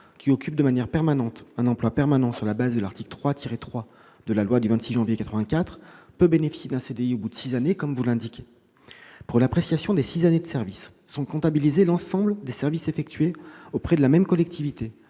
qui occupe de manière permanente un emploi permanent sur la base de l'article 3-3 de la loi du 26 janvier 1984 peut bénéficier d'un CDI au bout de six années, comme vous l'indiquez. Pour l'appréciation des six années de service, sont comptabilisés l'ensemble des services effectués auprès de la même collectivité